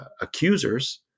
accusers